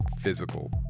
physical